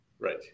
Right